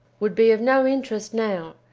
would be of no interest now,